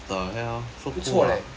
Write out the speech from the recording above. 不错 leh 不错